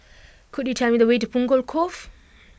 could you tell me the way to Punggol Cove